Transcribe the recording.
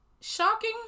shocking